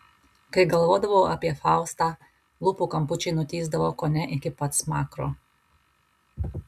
kai galvodavau apie faustą lūpų kampučiai nutįsdavo kone iki pat smakro